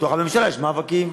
בתוך הממשלה יש מאבקים,